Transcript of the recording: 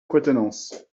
quatennens